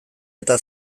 eta